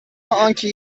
آنکه